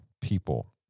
people